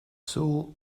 soul